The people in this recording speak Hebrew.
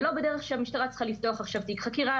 ולא בדרך שהמשטרה צריכה לפתוח תיק חקירה,